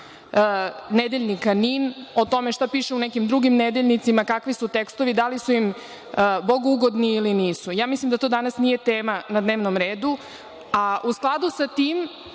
nedeljnika „NIN“, o tome šta piše u nekim drugim nedeljnicima, kakvi su tekstovi, da li su im bogougodni ili nisu. Mislim da to danas nije tema na dnevnom redu. U skladu sa tim,